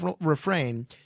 refrain